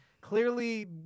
clearly